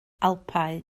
alpau